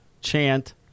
chant